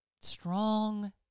strong